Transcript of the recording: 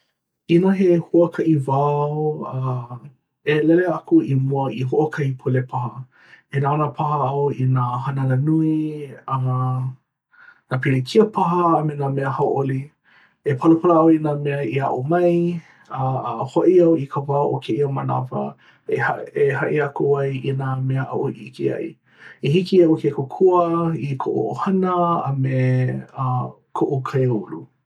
Inā he huakaʻi wā au, uh a hele aku au i mua i hoʻokahi pule paha, e nānā paha au i nā hanana nui, uh nā pilikia paha, a me nā mea hauʻoli. E palapala au i nā mea i aʻo mai uh a hoʻi au i ka wā o kēia manawa e haʻi aku ai i nā mea aʻu i ʻike ai. I hiki iaʻu ke kōkua i koʻu ʻohana a me uh koʻu kaiāulu.